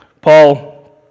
Paul